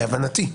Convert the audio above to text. להבנתי.